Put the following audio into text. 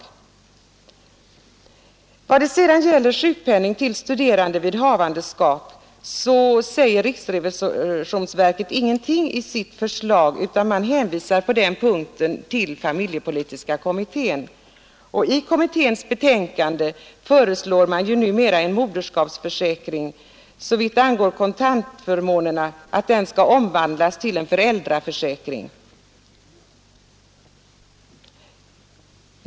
I vad sedan gäller sjukpenning till studerande vid havandeskap säger riksrevisionsverket ingenting i sitt förslag, utan man hänvisar på den punkten till familjepolitiska kommittén. I kommitténs betänkande föreslår man såvitt angår kontantförmånerna en föräldraförsäkring.